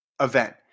event